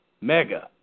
Mega